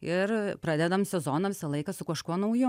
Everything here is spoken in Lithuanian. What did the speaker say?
ir pradedam sezoną visą laiką su kažkuo nauju